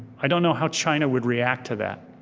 i don't know how china would react to that.